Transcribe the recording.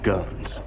Guns